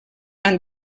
han